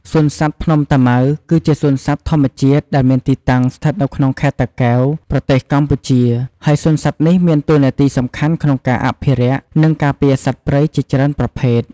សួនសត្វភ្នំតាម៉ៅ គឺជាសួនសត្វធម្មជាតិដែលមានទីតាំងស្ថិតនៅក្នុងខេត្តតាកែវ ប្រទេសកម្ពុជា ហើយសួនសត្វនេះមានតួនាទីសំខាន់ក្នុងការអភិរក្ស និងការពារសត្វព្រៃជាច្រើនប្រភេទ។